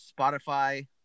Spotify